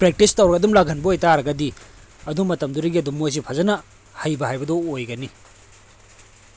practice ꯇꯧꯔꯒ ꯑꯗꯨꯝ ꯂꯥꯛꯍꯟꯕ ꯑꯣꯏꯇꯥꯔꯒꯗꯤ ꯑꯗꯨ ꯃꯇꯝꯗꯒꯤ ꯑꯗꯨꯝ ꯃꯣꯏꯁꯤ ꯐꯖꯅ ꯍꯩꯕ ꯍꯥꯏꯕꯗꯣ ꯑꯣꯏꯒꯅꯤ